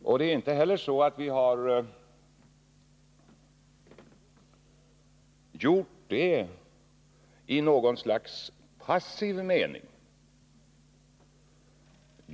Detta ställningstagande har vi inte gjort i något slags passiv mening.